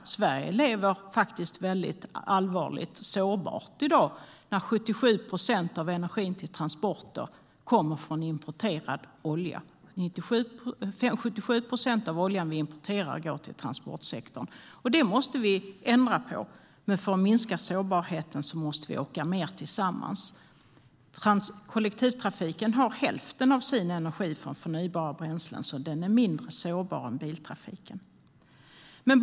Sverige är allvarligt sårbart i dag, när 90 procent av energin till transporter kommer från importerad olja och 77 procent av oljan vi importerar går till transportsektorn. Det måste vi ändra på. Men för att minska sårbarheten måste vi åka mer tillsammans. Kollektivtrafiken får hälften av sin energi från förnybara bränslen, så den är mindre sårbar än biltrafiken.